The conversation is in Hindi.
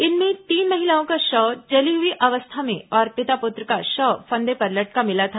इनमें तीन महिलाओं का शव जली हुई अवस्था में और पिता पुत्र का शव फंदे पर लटका मिला था